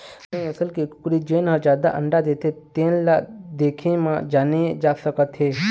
बने नसल के कुकरी जेन ह जादा अंडा देथे तेन ल देखे म जाने जा सकत हे